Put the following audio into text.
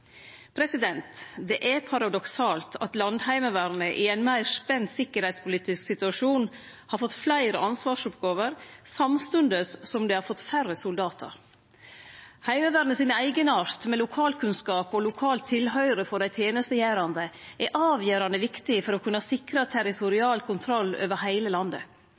samstundes. Det er paradoksalt at Landheimevernet i ein meir spent tryggleikspolitisk situasjon har fått fleire ansvarsoppgåver, samstundes som det har fått færre soldatar. Heimevernets eigenart med lokalkunnskap og lokal tilhøyrsel for dei tenestegjerande er avgjerande viktig for å kunne sikre territorial kontroll over heile landet.